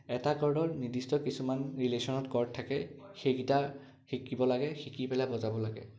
এটা কৰ্ডৰ নিৰ্দিষ্ট কিছুমান ৰিলেশ্যনত কৰ্ড থাকে সেইকেইটা শিকিব লাগে শিকি পেলাই বজাব লাগে